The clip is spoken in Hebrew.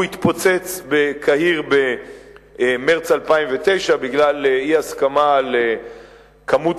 הוא התפוצץ בקהיר במרס 2009 בגלל אי-הסכמה על כמות